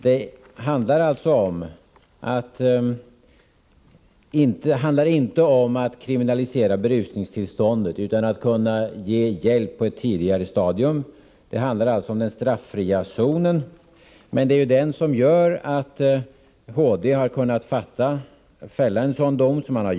Det handlar inte om att kriminalisera berusningstillståndet, utan att kunna ge hjälp på ett tidigare stadium. Det är alltså fråga om den straffria zonen. Förekomsten av denna gör att HD har kunnat fälla den nämnda domen.